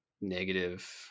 negative